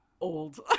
old